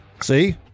See